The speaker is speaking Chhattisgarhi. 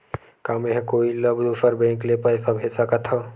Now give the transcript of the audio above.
का मेंहा कोई ला दूसर बैंक से पैसा भेज सकथव?